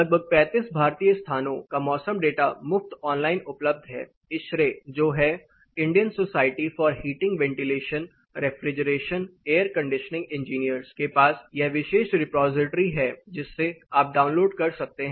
लगभग 35 भारतीय स्थानों का मौसम डेटा मुफ्त ऑनलाइन उपलब्ध हैं ISHRAE जो है Indian society for heating ventilation refrigeration air conditioning engineers के पास यह विशेष रिपॉजिटरी है जिससे आप डाउनलोड कर सकते हैं